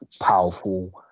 powerful